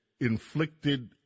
inflicted